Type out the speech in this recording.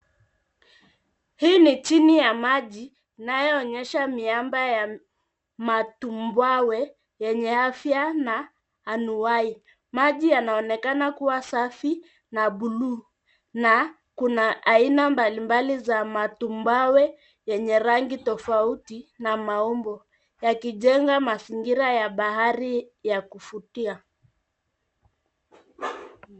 Hii ni chini ya maji inayoonyesha miamba ya matumbawe yenye afya na anuwai. Maji yanaonekana kuwa safi na buluu na kuna aina mbalimbali za matumbawe yenye rangi tofauti na maumbo yakijenga mazingira ya bahari ya kuvutia.